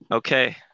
Okay